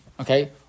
Okay